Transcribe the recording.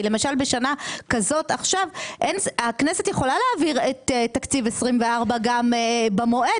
כי למשל בשנה כזאת עכשיו הכנסת יכולה להעביר את תקציב 24' גם במועד,